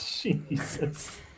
Jesus